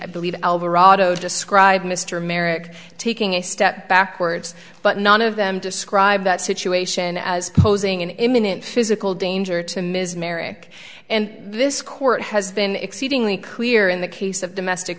i believe alvarado described mr merrick taking a step backwards but none of them describe that situation as posing an imminent physical danger to ms merrick and this court has been exceedingly clear in the case of domestic